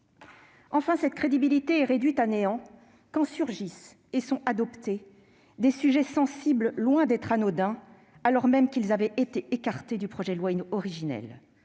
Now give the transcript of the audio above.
Enfin, cette crédibilité est réduite à néant quand surgissent et sont adoptées des mesures sur des sujets sensibles et loin d'être anodins, alors même qu'ils avaient été écartés du projet de loi originel.